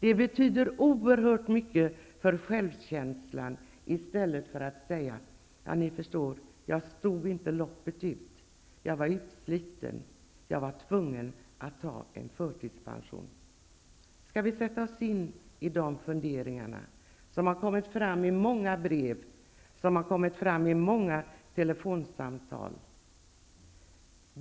Det betyder oerhört mycket för självkänslan, till skillnad mot att behöva säga: Jag stod inte loppet ut. Jag var utsliten, och jag var tvungen att ta en förtidspension. Skall vi sätta oss in i de här funderingarna, som har framkommit i många brev och telefonsamtal.